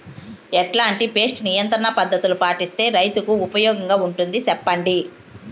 ఎట్లాంటి పెస్ట్ నియంత్రణ పద్ధతులు పాటిస్తే, రైతుకు ఉపయోగంగా ఉంటుంది సెప్పండి?